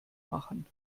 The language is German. machen